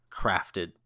crafted